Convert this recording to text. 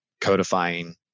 codifying